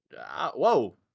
Whoa